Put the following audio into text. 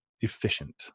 efficient